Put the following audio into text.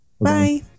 Bye